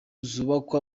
zubakwa